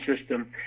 system